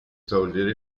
togliere